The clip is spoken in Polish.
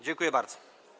Dziękuję bardzo.